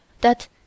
that